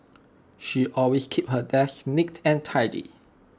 she always keeps her desk neat and tidy